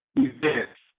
events